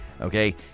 Okay